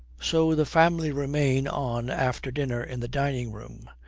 so the family remain on after dinner in the dining-room,